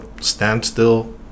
standstill